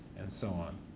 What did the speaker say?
and so on.